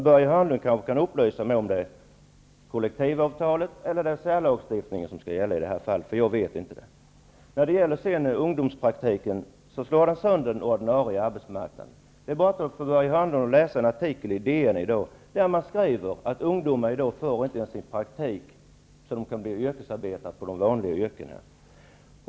Börje Hörnlund kanske kan upplysa mig om huruvida det är kollektivavtalet eller särlagstiftningen som skall gälla i det här fallet. Jag vet inte det. Ungdomspraktiken slår sönder den ordinarie arbetsmarknaden. Börje Hörnlund har bara att läsa en artikel i dagens nummer av DN, där man skriver att ungdomar i dag inte får sin praktik så att de kan bli yrkesarbetare inom de vanliga yrkena.